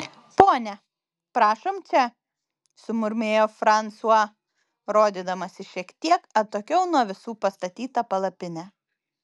ponia prašom čia sumurmėjo fransua rodydamas į šiek tiek atokiau nuo visų pastatytą palapinę